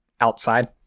outside